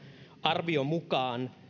arvion mukaan